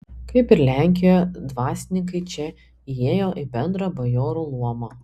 kaip ir lenkijoje dvasininkai čia įėjo į bendrą bajorų luomą